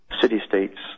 city-states